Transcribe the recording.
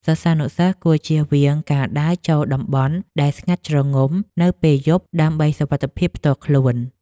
សិស្សានុសិស្សគួរជៀសវាងការដើរចូលតំបន់ដែលស្ងាត់ជ្រងំនៅពេលយប់ដើម្បីសុវត្ថិភាពផ្ទាល់ខ្លួន។